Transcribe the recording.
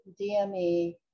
DME